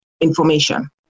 information